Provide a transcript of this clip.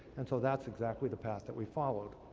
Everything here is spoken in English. and so that's exactly the path that we followed.